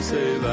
say